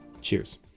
Cheers